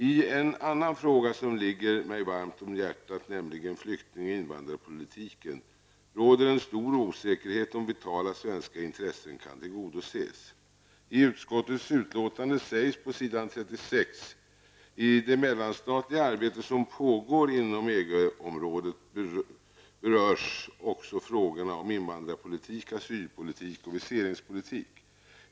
I en annan fråga som ligger mig varmt och hjärtat, nämligen flykting och invandrarpolitiken, råder en stor osäkerhet om vitala svenska intressen kan tillgodoses. I utskottets utlåtande sägs på s. 36: ''I det mellanstatliga arbete som pågår inom EG området berörs som nämnts också frågorna om invandringspolitik, asylpolitik och viseringspolitik.